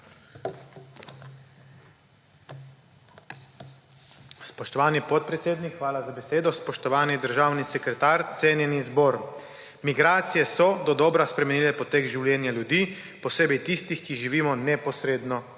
Spoštovani podpredsednik, hvala za besedo, spoštovani državni sekretar, cenjeni zbor. Migracije so dodobra spremenile potek življenja ljudi, posebej tistih, ki živimo neposredno